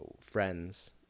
friends